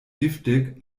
giftig